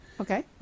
Okay